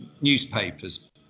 newspapers